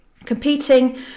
Competing